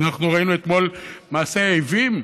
אנחנו ראינו אתמול מעשה עוועים,